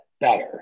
better